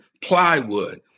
plywood